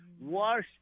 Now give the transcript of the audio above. wash